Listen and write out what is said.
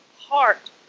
heart